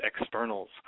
externals